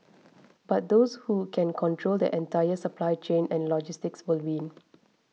but those who can control the entire supply chain and logistics will win